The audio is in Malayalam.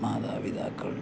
മാതാപിതാക്കൾ